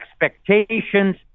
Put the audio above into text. expectations